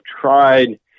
tried